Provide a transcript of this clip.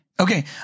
Okay